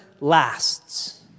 lasts